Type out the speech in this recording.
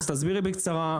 אז תסבירי בקצרה.